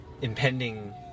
impending